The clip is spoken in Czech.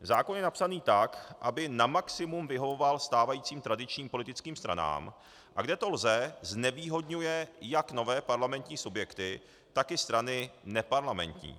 Zákon je napsaný tak, aby na maximum vyhovoval stávajícím tradičním politickým stranám, a kde to lze, znevýhodňuje jak nové parlamentní subjekty, tak i strany neparlamentní.